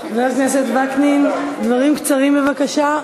הכנסת וקנין, דברים קצרים, בבקשה,